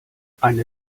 eine